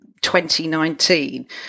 2019